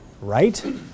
right